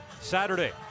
Saturday